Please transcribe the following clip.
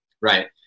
Right